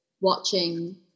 watching